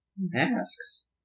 Masks